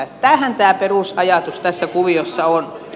tämähän tämä perusajatus tässä kuviossa on